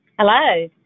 Hello